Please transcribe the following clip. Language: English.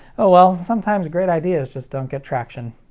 oh well, sometimes great ideas just don't get traction.